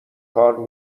کار